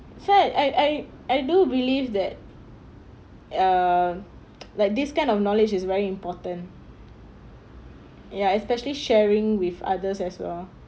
so I I I do believe that err like this kind of knowledge is very important ya especially sharing with others as well